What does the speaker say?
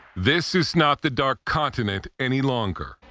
this is not the dark continent any longer.